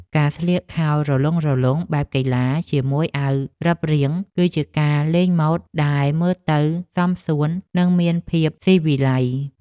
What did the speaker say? ការស្លៀកខោរលុងៗបែបកីឡាជាមួយអាវរឹបរាង គឺជាការលេងម៉ូដដែលមើលទៅសមសួន និងមានភាពស៊ីវិល័យ។